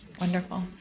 Wonderful